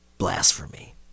blasphemy